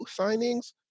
signings